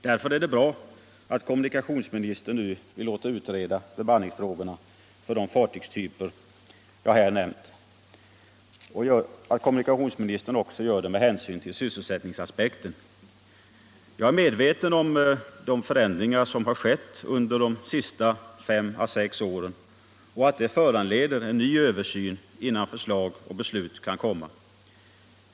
Därför är det bra att kommunikationsministern nu låter utreda bemanningsfrågorna för de fartygstyper jag här nämnt också med hänsyn till sysselsättningsaspekten. Jag är medveten om de förändringar som har skett under de senaste 5-6 åren och vet att de föranleder en ny översyn innan förslag och beslut kan komma.